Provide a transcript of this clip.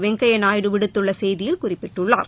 வெங்கப்யா நாயுடு விடுத்துள்ள செய்தியில் குறிப்பிட்டுள்ளார்